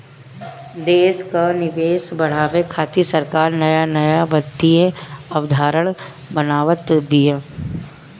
देस कअ निवेश बढ़ावे खातिर सरकार नया नया वित्तीय अवधारणा बनावत बिया